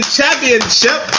Championship